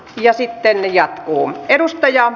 ja sitten ja kun edustaja